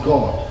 God